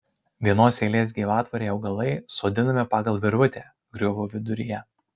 vienos eilės gyvatvorei augalai sodinami pagal virvutę griovio viduryje